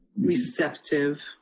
receptive